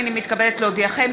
הנני מתכבדת להודיעכם,